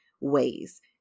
ways